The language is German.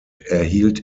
erhielt